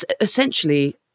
essentially